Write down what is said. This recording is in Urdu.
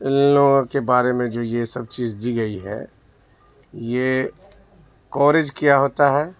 ان لوگوں کے بارے میں جو یہ سب چیز دی گئی ہے یہ کوریج کیا ہوتا ہے